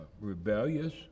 rebellious